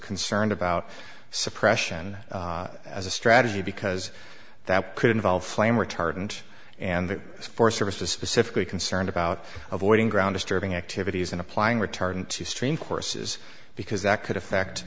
concerned about suppression as a strategy because that could involve flame retardant and the forest service to specifically concerned about avoiding ground disturbing activities and applying retardant to stream courses because that could affect